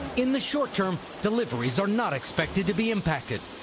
in the short term deliveries are not expected to be impacted.